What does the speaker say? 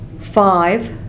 Five